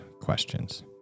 questions